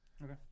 Okay